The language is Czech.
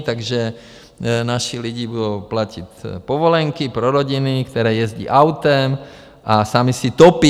Takže naši lidi budou platit povolenky pro rodiny, které jezdí autem a sami si topí.